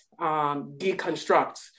deconstruct